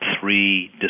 three